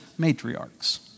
matriarchs